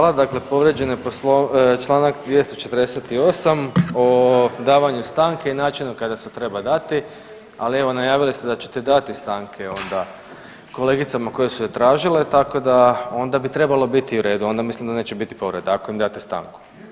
Hvala, dakle povrijeđen je Članak 248. o davanju stanke i načinu kada se treba dati, ali evo najavili ste da ćete dati stanke onda kolegicama koje su je tražile tako da onda bi trebalo biti u redu, onda mislim da neće biti povrede ako im date stanku.